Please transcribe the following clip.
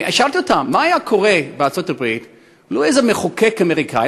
שאלתי אותם מה היה קורה בארצות-הברית לו איזה מחוקק אמריקני,